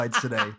today